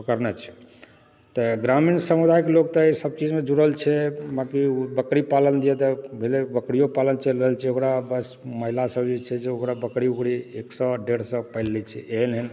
पकड़ने छै तऽ ग्रामीण समुदायक लोक तऽईसब चीजमे जुड़ल छै बाकी ओ बकरी पालन भेलय तऽ ओ बकरी पालन चलि रहल छै ओकरा बस महिला सब जे छै से ओकरा बकरी उकरी एक सए डेढ़ सए पालि लए छै एहन एहन